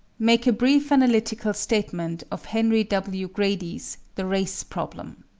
make a brief analytical statement of henry w. grady's the race problem,